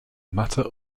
matter